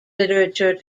literature